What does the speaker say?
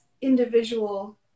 individual